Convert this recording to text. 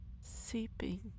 seeping